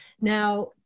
Now